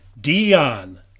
Dion